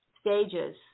stages